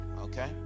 Okay